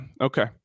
Okay